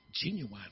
genuine